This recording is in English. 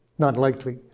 not likely.